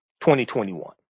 2021